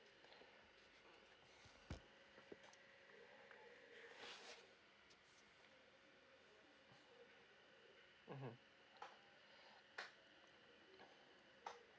mmhmm